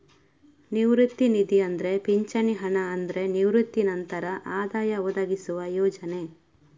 ನಿವೃತ್ತಿ ನಿಧಿ ಅಂದ್ರೆ ಪಿಂಚಣಿ ಹಣ ಅಂದ್ರೆ ನಿವೃತ್ತಿ ನಂತರ ಆದಾಯ ಒದಗಿಸುವ ಯೋಜನೆ